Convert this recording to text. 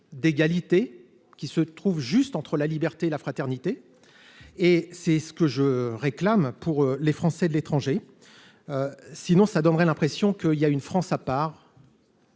d'égalité qui se trouve juste entre la liberté, la fraternité et c'est ce que je réclame pour les Français de l'étranger, sinon ça donnerait l'impression que, il y a une France à part.